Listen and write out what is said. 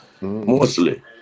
mostly